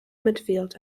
midfield